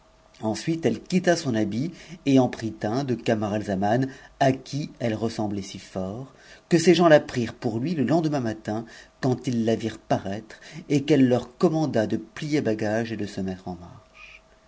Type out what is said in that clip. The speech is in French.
ensuite elle quitta son habit et en prit un de camaralzaman à qui elle ressemblait si fort que ses gens la prirent pour lui le lendemain matin quand ils la virent paraître m qu'elle leur commanda de plier bagage et de se mettre en marche